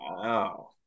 Wow